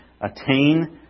attain